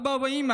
אבא או אימא,